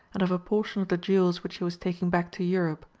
and of a portion of the jewels which he was taking back to europe.